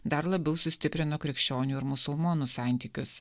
dar labiau sustiprino krikščionių ir musulmonų santykius